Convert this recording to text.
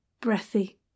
breathy